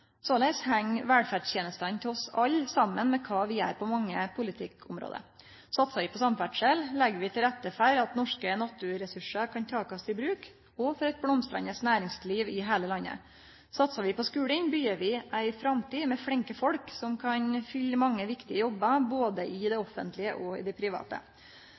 Såleis heng velferdstenestene til oss alle saman med kva vi gjer på mange politikkområde. Satsar vi på samferdsel, legg vi til rette for at norske naturressursar kan takast i bruk og for eit blomstrande næringsliv i heile landet. Satsar vi på skulen, byggjer vi ei framtid med flinke folk som kan fylle mange viktige jobbar både i det offentlege og i det private.